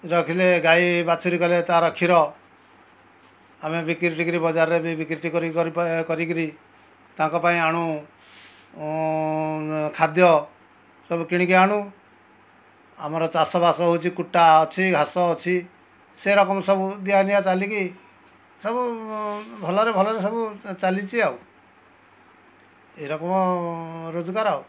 ରଖିଲେ ଗାଈ ବାଛୁରୀ କଲେ ତା'ର କ୍ଷୀର ଆମେ ବିକ୍ରିଟିକ୍ରି ବଜାରରେ ବି ବିକ୍ରିଟିକ୍ରି କରି ପା କରିକିରି ତାଙ୍କ ପାଇଁ ଆଣୁ ଖାଦ୍ୟ ସବୁ କିଣିକି ଆଣୁ ଆମର ଚାଷବାସ ହେଉଛି କୁଟା ଅଛି ଘାସ ଅଛି ସେ ରକମ ସବୁ ଦିଆନିଆ ଚାଲିକି ସବୁ ଭଲରେ ଭଲରେ ସବୁ ଚାଲିଛି ଆଉ ଏଇରକମ ରୋଜଗାର ଆଉ